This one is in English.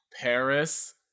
Paris